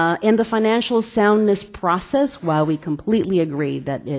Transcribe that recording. um in the financial soundness process, while we completely agree that